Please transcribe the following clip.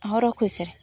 ହଁ ରଖୁଛି ସାର୍